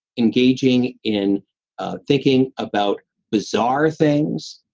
engaging in thinking about bizarre things,